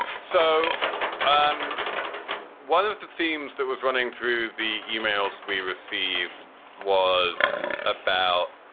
so um one of the themes that was running through the yeah e-mails we received was about.